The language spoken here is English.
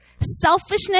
selfishness